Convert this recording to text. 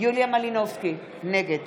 יוליה מלינובסקי, נגד